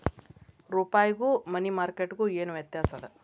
ರೂಪಾಯ್ಗು money market ಗು ಏನ್ ವ್ಯತ್ಯಾಸದ